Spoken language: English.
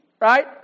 right